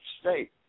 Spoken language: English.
state